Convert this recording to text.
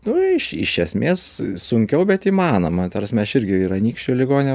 nu iš iš esmės sunkiau bet įmanoma ta prasme aš irgi ir anykščių ligoninę